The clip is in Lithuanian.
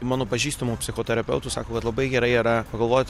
mano pažįstamų psichoterapeutų sako kad labai gerai yra pagalvot